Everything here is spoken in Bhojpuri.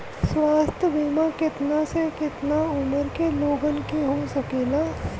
स्वास्थ्य बीमा कितना से कितना उमर के लोगन के हो सकेला?